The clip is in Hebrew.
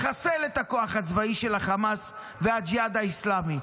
לחסל את הכוח הצבאי של החמאס והג'יהאד האסלאמי.